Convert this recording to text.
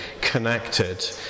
connected